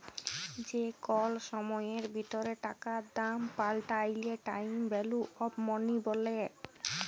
যে কল সময়ের ভিতরে টাকার দাম পাল্টাইলে টাইম ভ্যালু অফ মনি ব্যলে